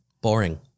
Boring